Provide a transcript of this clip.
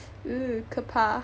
oo 可怕